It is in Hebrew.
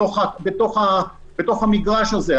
בתוך המגרש הזה.